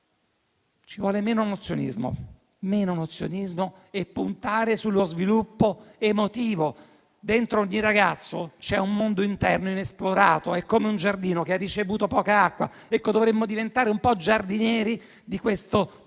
di meno nozionismo e di puntare sullo sviluppo emotivo: dentro ogni ragazzo c'è un mondo interno inesplorato, è come un giardino che ha ricevuto poca acqua. Dovremmo diventare un po' giardinieri di questo